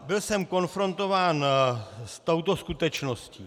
Byl jsem konfrontován s touto skutečností.